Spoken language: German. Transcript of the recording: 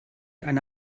eine